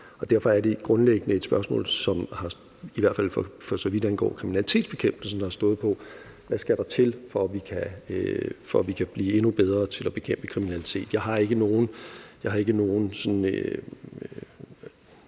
kriminalitetsbekæmpelse – som hviler på, hvad der skal til, for at vi kan blive endnu bedre til at bekæmpe kriminalitet. Jeg har ikke nogen